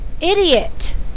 idiot